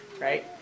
right